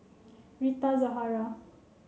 Rita Zahara